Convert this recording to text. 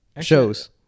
shows